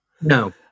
No